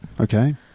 Okay